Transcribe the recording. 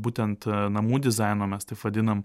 būtent namų dizaino mes taip vadinam